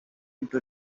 into